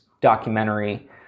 documentary